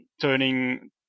turning